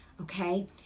Okay